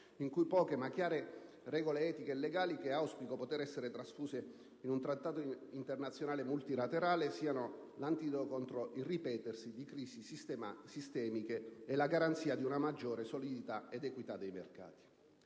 in cui poche, ma chiare regole etiche e legali, che auspico poter essere trasfuse in un trattato internazionale multilaterale, siano l'antidoto contro il ripetersi di crisi sistemiche e la garanzia di una maggiore solidità ed equità dei mercati.